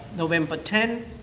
november ten.